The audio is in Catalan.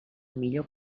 millor